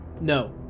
No